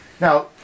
Now